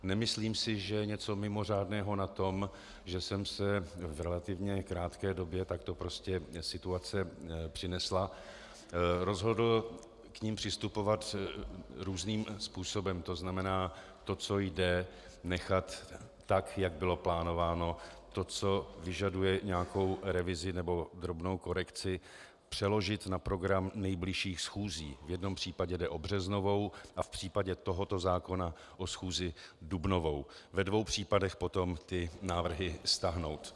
Nemyslím si, že je něco mimořádného na tom, že jsem se v relativně krátké době, tak to prostě situace přinesla, rozhodl k nim přistupovat různým způsobem, to znamená, to, co jde, nechat tak, jak bylo plánováno, to, co vyžaduje nějakou revizi nebo drobnou korekci, přeložit na program nejbližších schůzí v jednom případě jde o březnovou a v případě tohoto zákona o schůzi dubnovou , ve dvou případech potom ty návrhy stáhnout.